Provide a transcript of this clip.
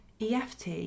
eft